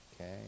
okay